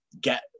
get